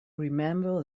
remember